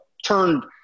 turned